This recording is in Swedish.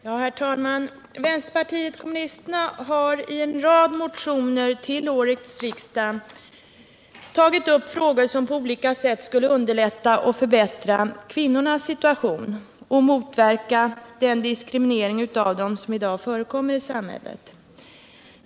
Herr talman! Vänsterpartiet kommunisterna har i en rad motioner till årets riksmöte tagit upp frågor som på olika sätt skulle underlätta och förbättra kvinnornas situation och motverka den diskriminering av dem som i dag förekommer i samhället.